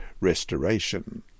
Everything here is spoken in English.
restoration